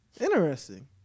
Interesting